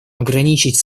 ограничить